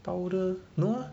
powder no lah